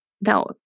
now